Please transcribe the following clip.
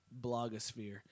blogosphere